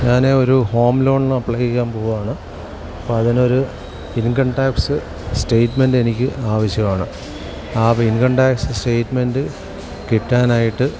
ഞാൻ ഒരു ഹോം ലോണിന് അപ്ലൈ ചെയ്യാൻ പോകുകയാണ് അപ്പോൾ അതിനൊരു ഇൻകം ടാക്സ് സ്റ്റേറ്റ്മെൻറ്റ് എനിക്ക് ആവശ്യമാണ് ആ ഇൻകം ടാക്സ് സ്റ്റേറ്റ്മെൻ്റ് കിട്ടാനായിട്ട്